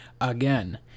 again